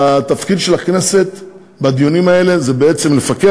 התפקיד של הכנסת בדיונים האלה זה בעצם לפקח.